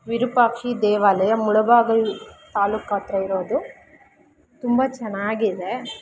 ವಿರೂಪಾಕ್ಷ ದೇವಾಲಯ ಮುಳುಬಾಗಿಲು ತಾಲೂಕತ್ರ ಇರೋದು ತುಂಬ ಚೆನ್ನಾಗಿದೆ